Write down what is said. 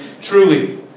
truly